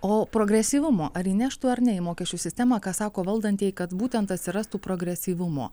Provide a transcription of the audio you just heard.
o progresyvumo ar įneštų ar ne į mokesčių sistemą ką sako valdantieji kad būtent atsirastų progresyvumo